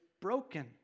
broken